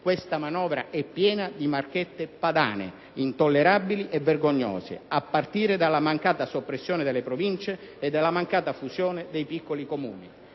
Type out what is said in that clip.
Questa manovra è piena di marchette padane intollerabili e vergognose, a partire dalla mancata soppressione delle Province e dalla mancata fusione dei piccoli Comuni.